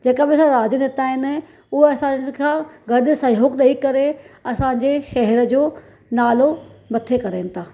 जेका बि असांजा राजनेता आहिनि उहे असांजे खां गॾु सहियोग ॾेई करे असांजे शहर जो नालो मथे कराइनि था